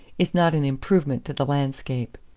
is not an improvement to the landscape.